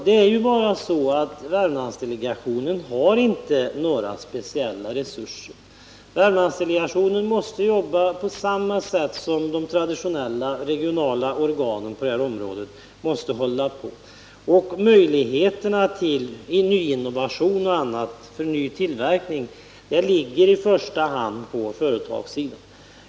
Men denna delegation har inte några speciella resurser utan måste arbeta på samma sätt som de traditionella regionala organen på det här området. Möjligheterna att skapa innovationer ligger i första hand på företagssidan.